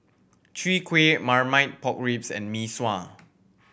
Chwee Kueh Marmite Pork Ribs and Mee Sua